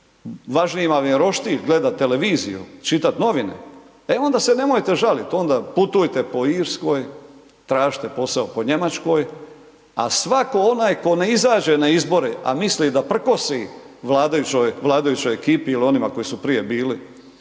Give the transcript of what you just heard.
važniji vam je roštilj, gledat televiziju, čitat novine e onda se nemojte žalit, onda putujte po Irskoj, tražite posao po Njemačkoj. A svako onaj tko ne izađe na izbore, a misli da prkosi vladajućoj ekipi ili oni koji su prije bili,